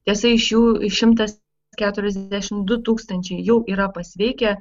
tiesa iš jų šimtas keturiasdešimt du tūkstančiai jau yra pasveikę